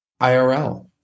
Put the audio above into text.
IRL